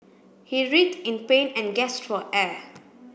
he writhed in pain and gasped for air